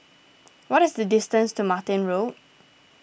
what is the distance to Martin Road